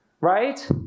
right